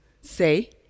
say